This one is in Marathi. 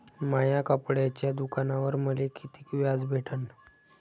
माया कपड्याच्या दुकानावर मले कितीक व्याज भेटन?